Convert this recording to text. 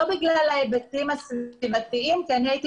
לא בגלל ההיבטים הסביבתיים כי אני הייתי